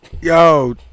Yo